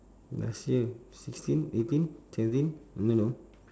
last year sixteen eighteen seventeen I don't know